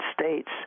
States